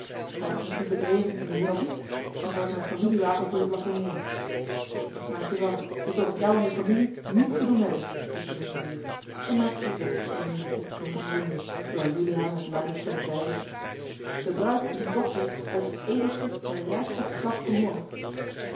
zijt ge misschien bedreven in de heraldiek dan zal ik mijn familiewapen voor je blasonneeren dank je wel ik wil met jou en je familie niets te doen hebben riep de winkelier en maakte zich weg tusschen de menigte die hen omringde terwijl juliaan met luider stemme zeide de bruid is een dochter uit het edelste en rijkste geslacht van holland